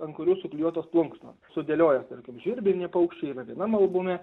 ant kurių suklijuotos plunksnos sudėliojęs tarkim žvirbliniai paukščiai yra vienam albume